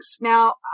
Now